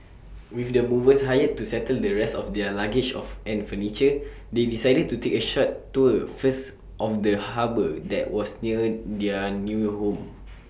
with the movers hired to settle the rest of their luggage of and furniture they decided to take A short tour first of the harbour that was near their new home